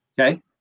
Okay